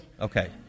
okay